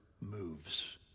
moves